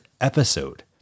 episode